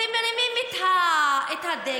ומרימים את הדגל.